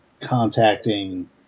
contacting